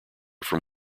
from